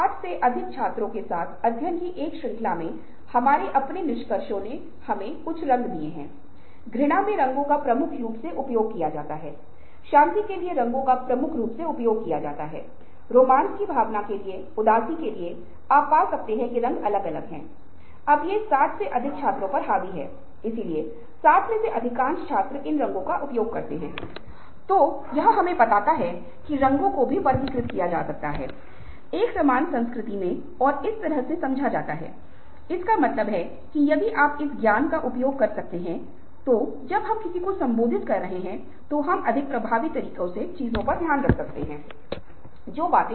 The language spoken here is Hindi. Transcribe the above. और ऊष्मायन के बाद एक चरण होता है जिसे रोशनी कहा जाता है यह अचानक फ़्लैश या अंतर्दृष्टि रचनात्मक विचारों का चरण है जो अचानक सपने के चरण में हो सकता है या जब आप स्नान कर रहे हों या बागवानी में लगे हों या जब आप अपने हो दोस्तों के साथ बात कर रहे हों